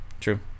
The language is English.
True